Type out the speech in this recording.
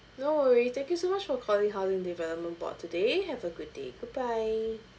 no worry thank you so much for calling housing development board today have a good day goodbye